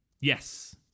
Yes